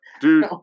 Dude